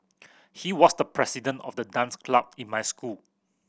he was the president of the dance club in my school